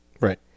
Right